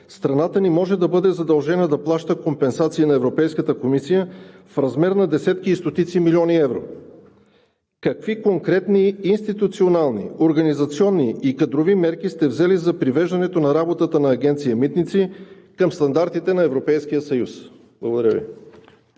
страната ни може да бъде задължена да плаща компенсации на Европейската комисия в размер на десетки и стотици милиони евро? Какви конкретни институционални, организационни и кадрови мерки сте взели за привеждане на работата на Агенция „Митници“ към стандартите на Европейския съюз? Благодаря Ви.